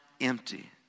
empty